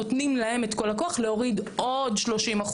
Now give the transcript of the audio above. נותנים להם את כל הכוח להוריד עוד 30%,